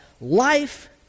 life